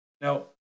Now